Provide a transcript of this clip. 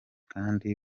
kandi